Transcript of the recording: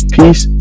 peace